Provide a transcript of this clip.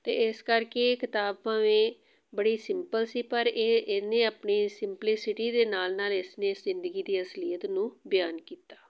ਅਤੇ ਇਸ ਕਰਕੇ ਕਿਤਾਬਾਂ ਭਾਵੇਂ ਬੜੀ ਸਿੰਪਲ ਸੀ ਪਰ ਇਹ ਇਹਨੇ ਆਪਣੀ ਸਿੰਪਲੀਸਿਟੀ ਦੇ ਨਾਲ ਨਾਲ ਇਸ ਲਈ ਇਸ ਜ਼ਿੰਦਗੀ ਦੀ ਅਸਲੀਅਤ ਨੂੰ ਬਿਆਨ ਕੀਤਾ